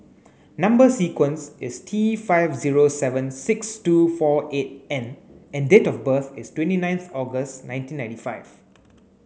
number sequence is T five zero seven six two four eight N and date of birth is twenty ninth August nineteen ninety five